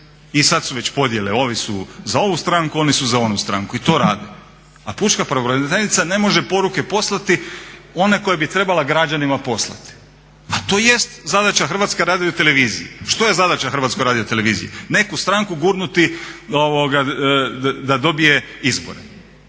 i sad su već podjele ovi su za ovu stranku, oni su za onu stranku. I to rade, a pučka pravobraniteljica ne može poruke poslati one koje bi trebala građanima poslati a to jest zadaća HRT-a. Što je zadaća HRT-a? Neku stranku gurnuti da dobije izbore.